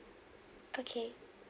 okay